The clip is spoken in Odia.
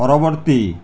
ପରବର୍ତ୍ତୀ